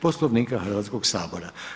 Poslovnika Hrvatskog sabora.